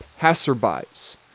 passerbys